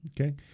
okay